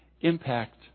impact